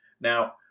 Now